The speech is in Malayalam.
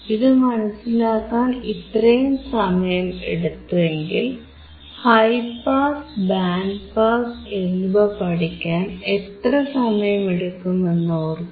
ഇതു മനസിലാക്കാൻ ഇത്രയും സമയം എടുത്തെങ്കിൽ ഹൈ പാസ് ബാൻഡ് പാസ് എന്നിവ പഠിക്കാൻ എത്ര സമയം എടുക്കുമെന്ന് ഓർക്കൂ